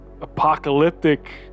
apocalyptic